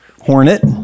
Hornet